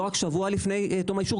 לא רק שבוע לפני תום האישור,